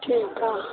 ਠੀਕ ਆ